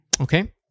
Okay